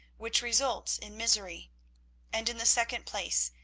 which results in misery and in the second place,